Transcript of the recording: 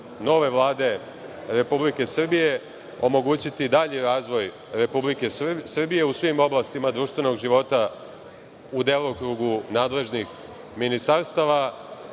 nove Vlade Republike Srbije, omogućiti dalji razvoj Republike Srbije u svim oblastima društvenog života u delokrugu nadležnih ministarstava